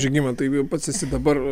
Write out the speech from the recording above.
žygimantai pats esi dabar